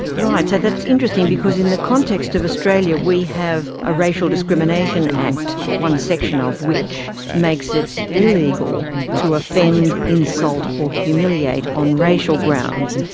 right, so that's interesting because in the context of australia we have a racial discrimination act, one section of which makes it illegal to offend, insult or humiliate on racial grounds,